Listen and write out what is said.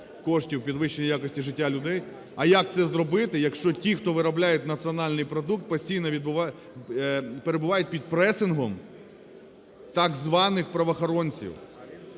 коштів в підвищення якості життя людей. А як це зробити, якщо ті, хто виробляють національний продукт, постійно перебувають під пресингом так званих правоохоронців?